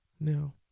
Now